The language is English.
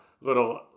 little